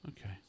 okay